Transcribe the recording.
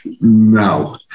No